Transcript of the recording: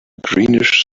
greenish